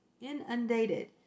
inundated